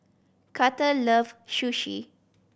Karter love Sushi